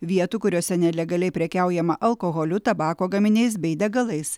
vietų kuriose nelegaliai prekiaujama alkoholiu tabako gaminiais bei degalais